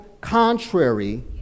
contrary